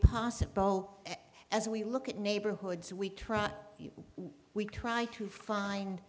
possible as we look at neighborhoods we try we try to find